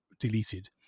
Deleted